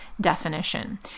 definition